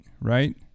right